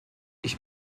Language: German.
ich